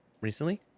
recently